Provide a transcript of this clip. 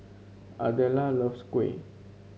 Adela loves kuih